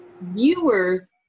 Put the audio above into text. viewers